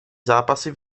zápasy